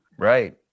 Right